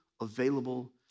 available